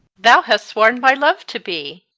thou hast sworn my love to be